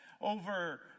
over